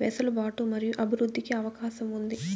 వెసులుబాటు మరియు అభివృద్ధి కి అవకాశం ఉంది?